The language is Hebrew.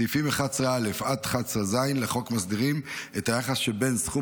סעיפים 11א עד 11ז לחוק מסדירים את היחס שבין סכום